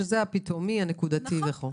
שזה פתאומי ונקודתי וכו'.